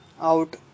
out